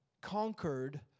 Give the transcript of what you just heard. conquered